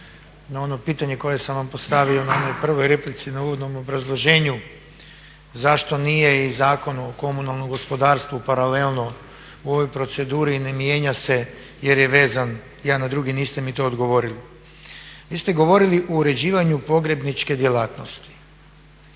na ono pitanje koje sam vam postavio na onoj prvoj replici na uvodnom obrazloženju zašto nije i Zakon o komunalnom gospodarstvu paralelno u ovoj proceduri i ne mijenja se jer je vezan jedan na drugi, niste mi to odgovorili. Vi ste govorili o uređivanju pogrebničke djelatnosti,